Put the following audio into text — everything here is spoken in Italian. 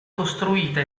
costruita